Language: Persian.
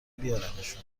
بیارمشون